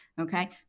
okay